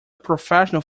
professional